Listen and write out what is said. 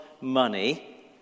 money